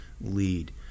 lead